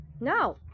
No